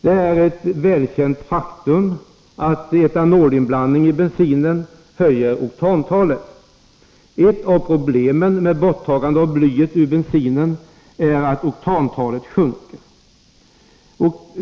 Det är ett välkänt faktum att etanolinblandning i bensinen höjer oktantalet. Ett av problemen med borttagande av blyet ur bensinen är att oktantalet sjunker.